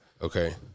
Okay